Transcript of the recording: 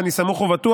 ואני סמוך ובטוח,